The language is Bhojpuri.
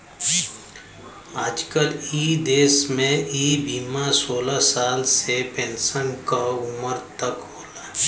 आजकल इ देस में इ बीमा सोलह साल से पेन्सन क उमर तक होला